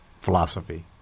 philosophy